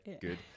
good